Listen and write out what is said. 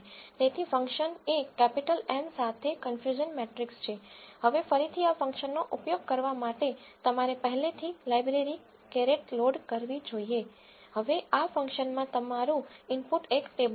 તેથી ફંક્શન એ capital M સાથે કન્ફ્યુઝન મેટ્રિક્સ છે હવે ફરીથી આ ફંક્શનનો ઉપયોગ કરવા માટે તમારે પહેલેથી લાઈબ્રેરીની carret લોડ કરવી હવે આ ફંકશનમાં તમારું ઇનપુટ એક ટેબલ છે